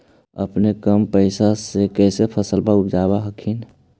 अपने कम पैसा से कैसे फसलबा उपजाब हखिन?